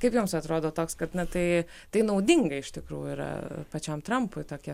kaip jums atrodo toks kad na tai tai naudinga iš tikrųjų yra pačiam trampui tokie